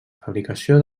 fabricació